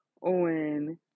on